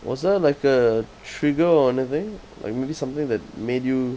was there like a trigger or anything like maybe something that made you